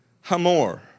Hamor